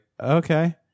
okay